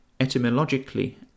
etymologically